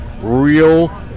real